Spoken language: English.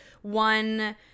one